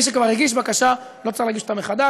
מי שכבר הגיש בקשה לא צריך להגיש אותה מחדש,